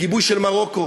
בגיבוי של מרוקו,